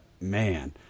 man